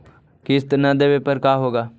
किस्त न देबे पर का होगा?